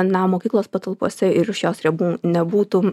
na mokyklos patalpose ir už jos ribų nebūtų